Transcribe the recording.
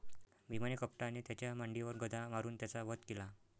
भीमाने कपटाने त्याच्या मांडीवर गदा मारून त्याचा वध केला